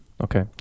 okay